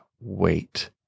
wait